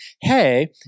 hey